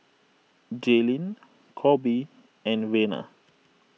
Jaylene Coby and Vena